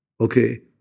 okay